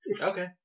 Okay